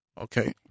Okay